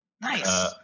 Nice